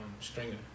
Stringer